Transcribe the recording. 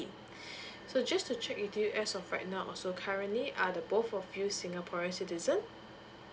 so just to check with you as of right now so currently are the both of you singaporean citizen